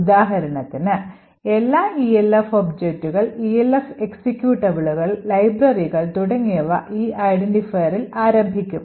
ഉദാഹരണത്തിന് എല്ലാ ELF ഒബ്ജക്റ്റുകൾ ELF എക്സിക്യൂട്ടബിളുകൾ ലൈബ്രറികൾ തുടങ്ങിയവ ഈ ഐഡന്റിഫയറിൽ ആരംഭിക്കും